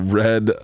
red